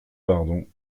bardon